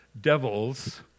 devils